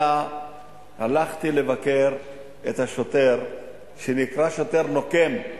אלא הלכתי לבקר את השוטר שנקרא "שוטר נוקם"